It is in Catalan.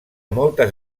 moltes